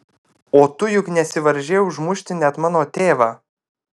o tu juk nesivaržei užmušti net mano tėvą